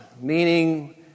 Meaning